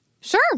Sure